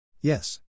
Yes